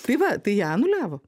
tai va tai ją anuliavo